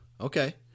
Okay